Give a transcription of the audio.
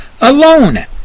alone